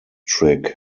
trick